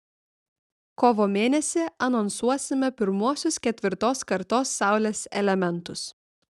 kovo mėnesį anonsuosime pirmuosius ketvirtos kartos saulės elementus